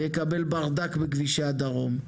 הוא יקבל ברדק בכבישי הדרום.